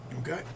Okay